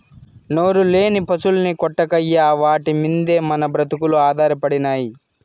నోరులేని పశుల్ని కొట్టకయ్యా వాటి మిందే మన బ్రతుకులు ఆధారపడినై